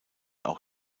auch